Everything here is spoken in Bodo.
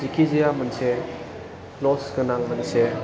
जायखिजाया मोनसे लस गोनां मोनसे